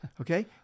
Okay